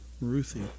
Ruthie